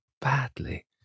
badly